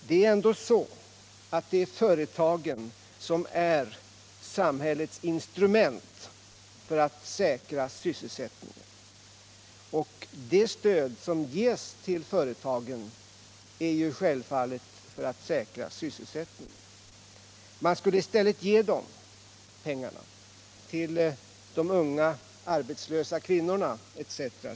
Det är ändå företagen som är samhällets instrument när det gäller att säkra sysselsättningen, och de stöd som ges till företagen ges självfallet för att man skall kunna säkra sysselsättningen. Man skulle, säger Jörn Svensson, i stället ge dessa pengar till de unga arbetslösa kvinnorna etc.